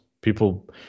people